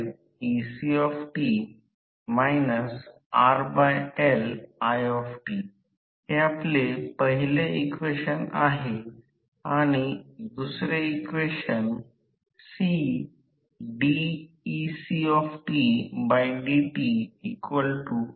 तर या टप्प्यावर रोटर mmf F2 0 म्हणजेच हा आकृती जे अनियंत्रित आहे ते F2 0 वर बनवले गेले आहे